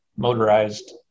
motorized